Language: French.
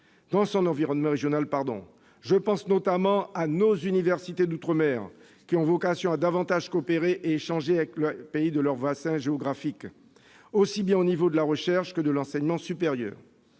dans son environnement régional. Je pense notamment à nos universités d'outre-mer, qui ont vocation à davantage coopérer et échanger avec les pays de leur bassin géographique, au niveau aussi bien de la recherche que de l'enseignement supérieur.